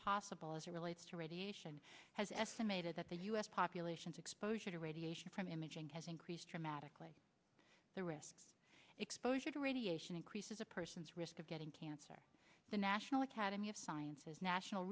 possible as it relates to radiation has estimated that the u s population's exposure to radiation from imaging has increased dramatically the risk of exposure to radiation increases a person's risk of getting cancer the national academy of sciences national